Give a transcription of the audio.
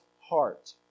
heart